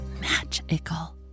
magical